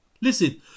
Listen